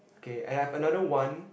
okay and I've another one